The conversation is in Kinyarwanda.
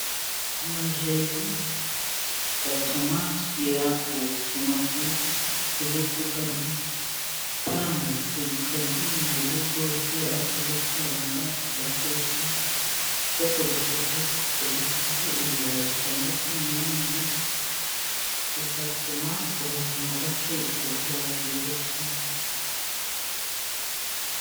Amajeri atuma tugira ubuzima bwiza tuje tuyarya kandi tuyarye mu buryo bwose, ari ukuyakaranga, kuyateka tuyatogosheje, tukayagerekaho ibirayi cyangwa se n'ibindi. Bizatuma ubuzima bwacu buba bwiza cyane.